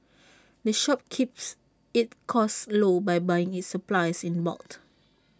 the shop keeps its costs low by buying its supplies in bulk